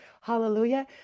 Hallelujah